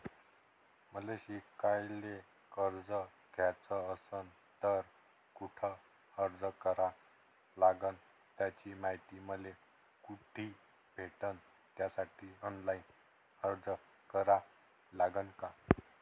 मले शिकायले कर्ज घ्याच असन तर कुठ अर्ज करा लागन त्याची मायती मले कुठी भेटन त्यासाठी ऑनलाईन अर्ज करा लागन का?